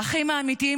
האחים האמיתיים